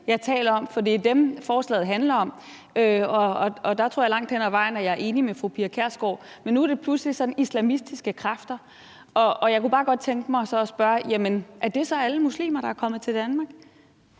jeg taler om, for det er dem, forslaget handler om. Der tror jeg langt hen ad vejen, jeg er enig med fru Pia Kjærsgaard, men nu er det pludselig sådan islamistiske kræfter. Jeg kunne bare godt tænke mig at spørge: Er det så alle muslimer, der er kommet til Danmark,